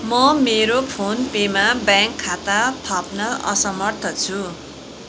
म मेरो PhonePe मा ब्याङ्क खाता थप्न असमर्थ छु